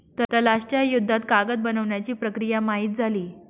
तलाश च्या युद्धात कागद बनवण्याची प्रक्रिया माहित झाली